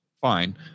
fine